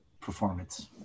performance